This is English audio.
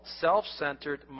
self-centered